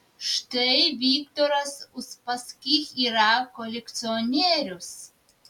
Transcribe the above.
štai viktoras uspaskich yra kolekcionierius